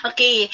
Okay